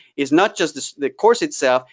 it's not just the course itself.